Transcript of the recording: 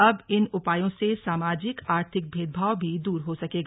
अब इन उपायों से सामाजिक आर्थिक भेदभाव भी दूर हो सकेगा